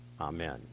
Amen